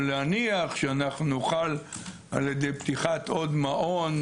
שנוכל על ידי פתיחת עוד מעון,